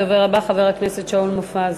הדובר הבא, חבר הכנסת שאול מופז.